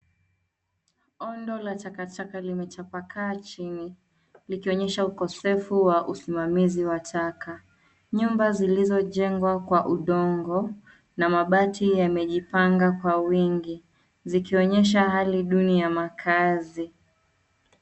Ondo la takataka limetapakaa chini, likionyesha ukosefu wa usimamizi wa taka. Nyumba zilizojengwa kwa udongo na mabati yamejipanga kwa wingi, zikionyesha hali duni ya makaazi.